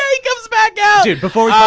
yeah he comes back out. dude, before